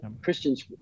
Christians